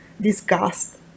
disgust